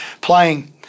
playing